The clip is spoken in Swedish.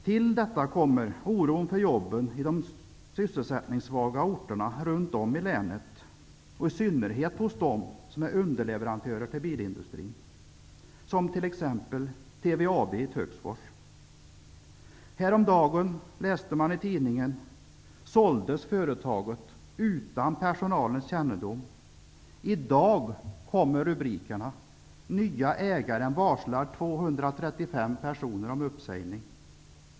Till detta kommer oron för jobben i de sysselsättningssvaga orterna runt om i länet och i synnerhet hos dem som är underleverantörer till bilindustrin, som t.ex. TVAB i Töcksfors. Häromdagen kunde man läsa i tidningen att företaget hade sålts utan personalens kännedom. I dag är rubrikerna: ''Nya ägaren varslar 235 personer om uppsägning.''